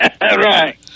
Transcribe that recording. Right